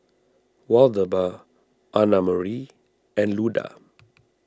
Waldemar Annamarie and Luda